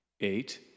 eight